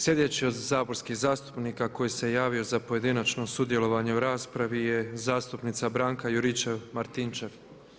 Sljedeći od saborskih zastupnika koji se javio za pojedinačno sudjelovanje u raspravi je zastupnica Branka Juričev-Martinčev.